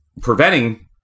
preventing